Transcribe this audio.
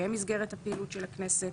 שהם מסגרת הפעילות של הכנסת.